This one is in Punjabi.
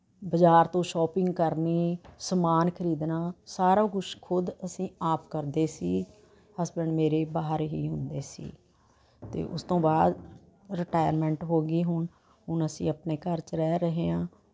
ਬਾਜ਼ਾਰ ਤੋਂ ਸ਼ੋਪਿੰਗ ਕਰਨੀ ਸਮਾਨ ਖਰੀਦਣਾ ਸਾਰਾ ਕੁਝ ਖੁਦ ਅਸੀਂ ਆਪ ਕਰਦੇ ਸੀ ਹਸਬੈਂਡ ਮੇਰੇ ਬਾਹਰ ਹੀ ਹੁੰਦੇ ਸੀ ਅਤੇ ਉਸ ਤੋਂ ਬਾਅਦ ਰਿਟਾਇਰਮੈਂਟ ਹੋ ਗਈ ਹੁਣ ਹੁਣ ਅਸੀਂ ਆਪਣੇ ਘਰ 'ਚ ਰਹਿ ਰਹੇ ਹਾਂ